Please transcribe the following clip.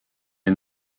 est